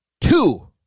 two